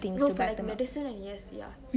no but medicine and yes ya